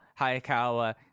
Hayakawa